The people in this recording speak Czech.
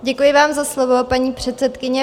Děkuji vám za slovo, paní předsedkyně.